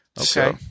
Okay